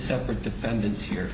separate defendants here